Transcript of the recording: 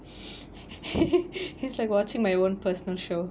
he's like watching my own personal show